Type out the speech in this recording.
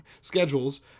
schedules